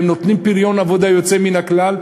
פריון עבודה שלהם יוצא מן הכלל.